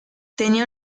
tenía